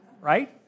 right